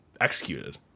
executed